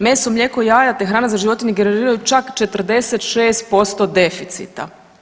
Meso, mlijeko, jaja te hrana za životinje generiraju čak 46% deficita.